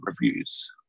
reviews